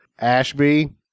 Ashby